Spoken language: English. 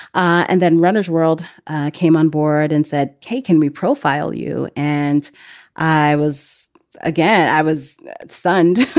and then runner's world came on board and said, kate, can we profile you? and i was again, i was stunned.